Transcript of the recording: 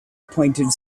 pointed